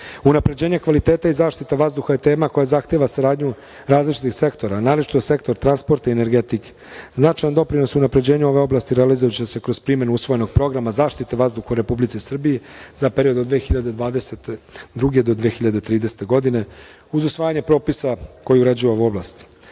zemljišta. Unapređenje kvaliteta i zaštita vazduha je tema koja zahteva saradnju različitih sektora, naročito sektor transporta i energetike. Značajan doprinos unapređenju ove oblasti realizovaće se kroz primenu usvojenog programa Zaštita vazduha u Republici Srbiji za period 2022. do 2030. godine uz usvajanje propisa koji uređuju ovu oblast.